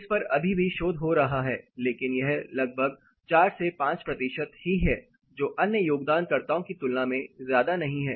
इस पर अभी भी शोध हो रहा है लेकिन यह लगभग 4 से 5 प्रतिशत ही है जो अन्य योगदानकर्ताओं की तुलना में ज्यादा नहीं है